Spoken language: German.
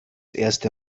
erste